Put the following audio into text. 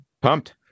Pumped